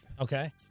Okay